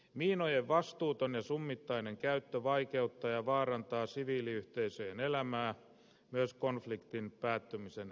miinojen vastuuton ja summittainen käyttö vaikeuttaa ja vaarantaa siviiliyhteisöjen elämää myös konfliktin päättymisen jälkeen